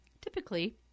typically